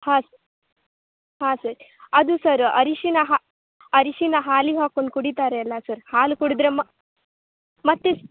ಹಾಂ ಹಾಂ ಸರ್ ಅದು ಸರ್ ಅರಿಶಿಣ ಹಾ ಅರಿಶಿನ ಹಾಲಿಗೆ ಹಾಕೊಂಡು ಕುಡಿತಾರೆಯಲ್ಲ ಸರ್ ಹಾಲು ಕುಡಿದರೆ ಮ ಮತ್ತು